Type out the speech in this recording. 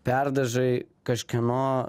perdažai kažkieno